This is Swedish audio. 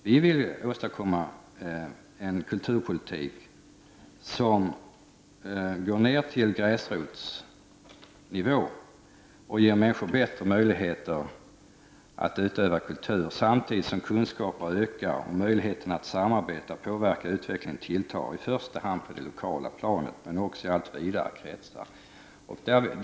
Vi vill åstadkomma en kulturpolitik som går ner till gräsrotsnivå och ger människor bättre möjligheter att utöva kultur, samtidigt som kunskaperna ökar och möjligheterna att samarbeta och påverka utvecklingen tilltar i första hand på det lokala planet men också i allt vidare kretsar.